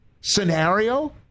scenario